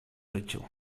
życiu